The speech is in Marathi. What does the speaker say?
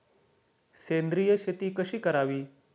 सेंद्रिय शेती कशी करावी?